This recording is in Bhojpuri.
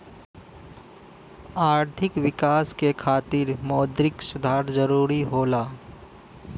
आर्थिक विकास क खातिर मौद्रिक सुधार जरुरी होला